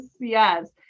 yes